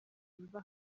yumva